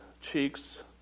cheeks